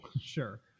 sure